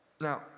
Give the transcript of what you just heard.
Now